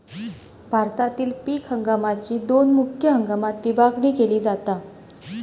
भारतातील पीक हंगामाकची दोन मुख्य हंगामात विभागणी केली जाता